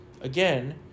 again